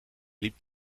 liep